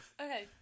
Okay